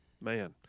man